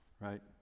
Right